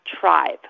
tribe